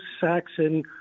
Saxon